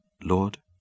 Lord